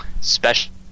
special